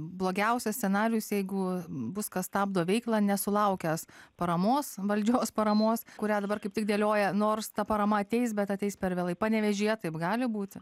blogiausias scenarijus jeigu bus kas stabdo veiklą nesulaukęs paramos valdžios paramos kurią dabar kaip tik dėlioja nors ta parama ateis bet ateis per vėlai panevėžyje taip gali būti